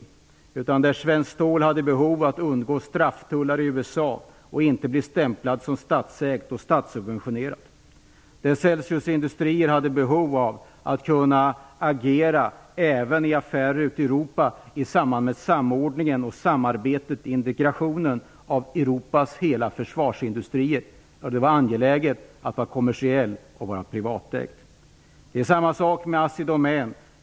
Vi gjorde det när Svenskt Stål hade behov av att undgå strafftullar i USA och inte bli stämplat som statsägt och statsubventionerat, när Celsius Industrier hade behov av att kunna agera även i affärer ute i Europa i samband med samordningen och samarbetet vid integrationen av Europas hela försvarsindustrier. Då var det angeläget att företaget var kommersiellt och privatägt. Det var likadant med Assidomän.